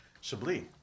chablis